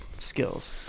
skills